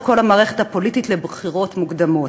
כל המערכת הפוליטית לבחירות מוקדמות.